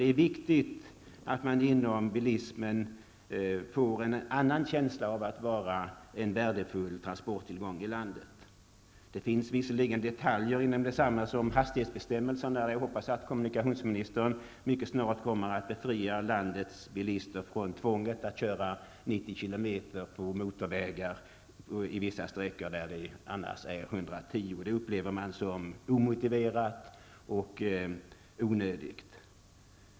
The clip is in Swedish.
Det är viktigt att bilismen får en känsla av att vara en värdefull transporttillgång i landet. En detalj inom densamma är hastighetsbestämmelserna, och jag hoppas att kommunikationsministern mycket snart kommer att befria landets bilister från tvånget att köra 90 km på vissa motorvägssträckor där man annars får köra 110 km. Man upplever det som omotiverat och onödigt.